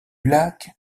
lac